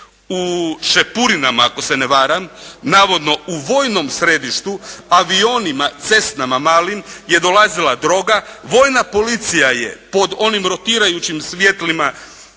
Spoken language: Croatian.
u Šepurinama, ako se ne varam, navodno u vojnom središtu avionima, cestama malim je dolazila droga, vojna policija je pod onim rotirajućim svjetlima